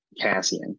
Cassian